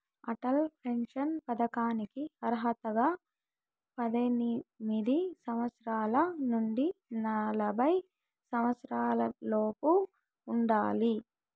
Atal pension పథకానికి అర్హతగా పద్దెనిమిది సంవత్సరాల నుండి నలభై సంవత్సరాలలోపు ఉండాలి